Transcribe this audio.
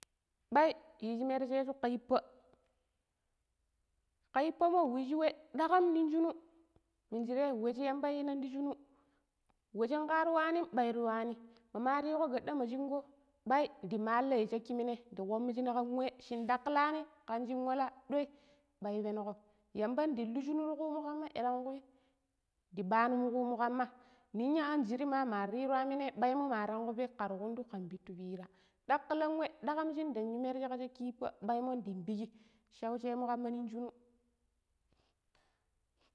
Bai yiiji mirjeju ka yippa ka yippa mo wiji we dakam neng shinu minjire we shi yamba yinan tishinu we shunkar waanim baita waani maama riko gadda ma shungo bai ndi malla shaki minai da kwamijina kan wai shin dakkilani kan shin wala doi bai penuko yamba ndang luu shinu tukumu kamma elenkui ndi bamumu kumu kamma ninya angiri ma riru raminai baimo ma rangi pek kara kuntu kan pittu piira, dakilang we daakam shin dang yu mirje ka shaaki yippa baimo dang pikki shaushemu kamma nong shinu.